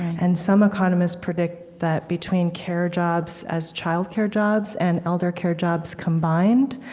and some economists predict that, between care jobs as childcare jobs, and elder care jobs combined,